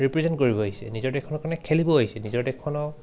represent কৰিব আহিছে নিজৰ দেশনৰ কাৰণে খেলিব আহিছে নিজৰ দেশখনক